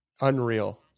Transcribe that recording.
unreal